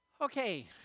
Okay